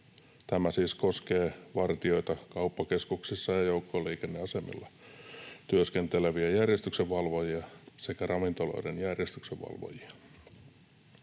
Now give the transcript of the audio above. Tämä siis koskee vartijoita kauppakeskuksissa ja joukkoliikenneasemilla työskenteleviä järjestyksenvalvojia sekä ravintoloiden järjestyksenvalvojia.